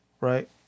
Right